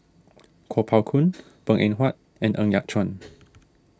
Kuo Pao Kun Png Eng Huat and Ng Yat Chuan